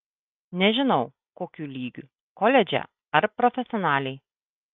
nežinau kokiu lygiu koledže ar profesionaliai